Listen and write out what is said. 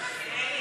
לא מבינים.